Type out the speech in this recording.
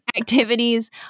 Activities